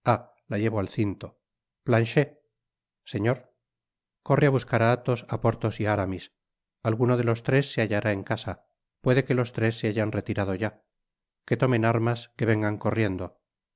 la llevo al cinto planchet señor corre á buscar á athos á porthos y á aramis alguno de los tres se hallará en casa puede que los tres se hayan retirado ya que tomen armas que vengan corriendo